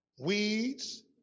Weeds